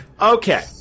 Okay